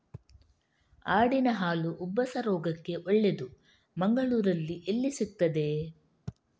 ಆಡಿನ ಹಾಲು ಉಬ್ಬಸ ರೋಗಕ್ಕೆ ಒಳ್ಳೆದು, ಮಂಗಳ್ಳೂರಲ್ಲಿ ಎಲ್ಲಿ ಸಿಕ್ತಾದೆ?